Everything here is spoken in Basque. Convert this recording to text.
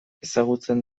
ezagutzen